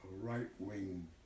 right-wing